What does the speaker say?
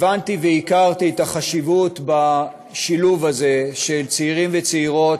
הבנתי והכרתי את החשיבות בשילוב הזה של צעירים וצעירות,